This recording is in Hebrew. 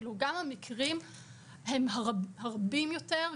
גם המקרים הם רבים יותר,